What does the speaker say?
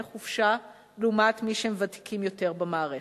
חופשה לעומת מי שהם ותיקים יותר במערכת.